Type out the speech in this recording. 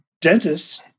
dentists